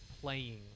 playing